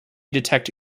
detect